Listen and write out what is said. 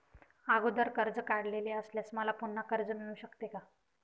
अगोदर कर्ज काढलेले असल्यास मला पुन्हा कर्ज मिळू शकते का?